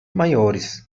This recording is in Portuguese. maiores